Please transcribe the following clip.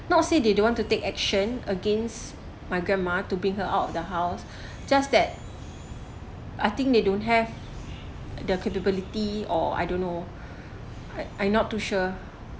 not say they don't want to take action against my grandma to bring her out of the house just that I think they don't have their capability or I don't know I I not too sure